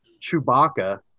Chewbacca